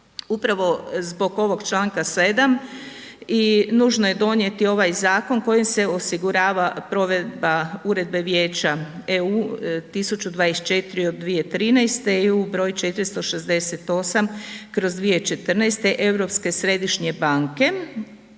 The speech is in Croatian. Upravo zbog ovog Članka 7. i nužno je donijeti ovaj zakon kojim se osigurava provedba Uredbe Vijeća EU 1024 od 2013. i EU broj 468/2014 Europske središnje banke